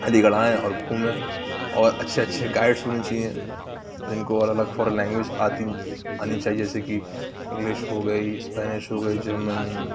علی گڑھ آئیں اور گھومیں اور اچھے اچھے گائیڈس ہونے چاہیے جن کو اوور آل فور لینگویج آتی ہیں آنی چاہیے جیسے کہ انگلش ہو گئی اسپینش ہو گئی جرمن